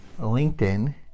LinkedIn